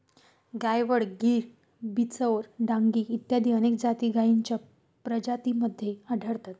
गायवळ, गीर, बिचौर, डांगी इत्यादी अनेक जाती गायींच्या प्रजातींमध्ये आढळतात